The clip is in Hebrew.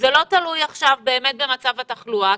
לא תלוי עכשיו באמת במצב התחלואה,